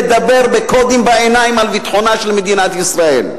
לדבר בקודים בעיניים על ביטחונה של מדינת ישראל.